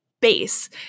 base